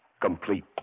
complete